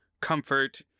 comfort